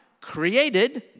created